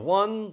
one